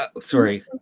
sorry